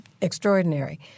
extraordinary